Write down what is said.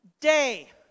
day